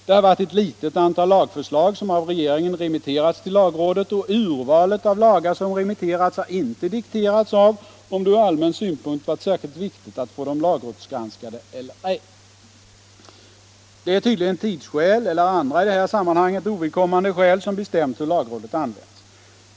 Det har varit ett litet antal lagförslag som av regeringen remitterats till lagrådet, och urvalet av lagar som remitterats har inte dikterats av om det ur allmän synpunkt varit särskilt viktigt att få dem lagrådsgranskade eller ej. Det är tydligen tidsskäl eller andra i det här sammanhanget ovidkommande skäl som bestämt hur lagrådet använts.